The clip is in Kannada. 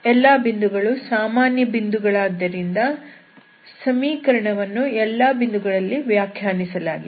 ಎಲ್ಲಾ ಬಿಂದುಗಳು ಸಾಮಾನ್ಯ ಬಿಂದುಗಳಾದ್ದರಿಂದ ಸಮೀಕರಣವನ್ನು ಎಲ್ಲಾ ಬಿಂದುಗಳಲ್ಲಿ ವ್ಯಾಖ್ಯಾನಿಸಲಾಗಿದೆ